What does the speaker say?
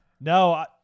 No